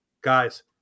Guys